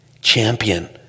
champion